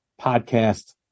podcast